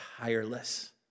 tireless